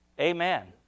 amen